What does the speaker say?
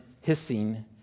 hissing